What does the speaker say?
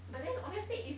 but then obviously it's